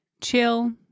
chill